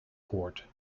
port